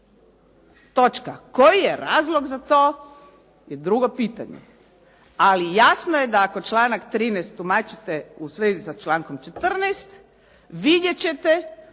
Točka. Koji je razlog za to je drugo pitanje. Ali jasno je da ako članak 13. tumačite u svezi sa člankom 14., vidjeti ćete